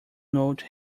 note